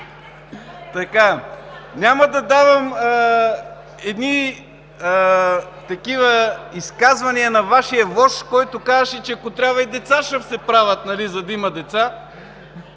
Няма да давам едни такива изказвания на Вашия вожд, който казваше, че ако трябва и деца ще се правят, за да има деца,